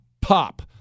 Pop